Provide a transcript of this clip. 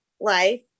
life